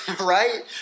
right